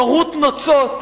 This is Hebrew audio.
מרוט נוצות.